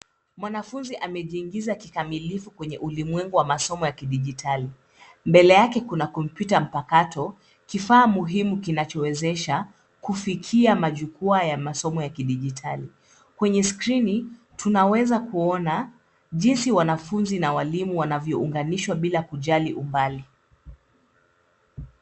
Mwanafunzi amejiingiza kikamilifu kwenye ulimwengu wa masomo ya kidijitali mbele yake kuna kompyuta mpakato kifaa muhimu kinachowezesha kufikia majukwaa ya masomo ya kidijitali, kwenye skrini tunaweza kuona jinsi wanafunzi na walimu wanavyounganishwa bila kujali umbali.